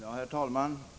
Herr talman!